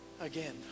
again